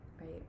right